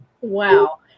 Wow